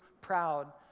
proud